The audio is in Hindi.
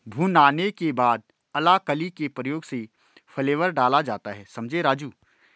भुनाने के बाद अलाकली के प्रयोग से फ्लेवर डाला जाता हैं समझें राजु